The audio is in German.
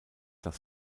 das